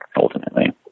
ultimately